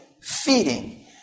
feeding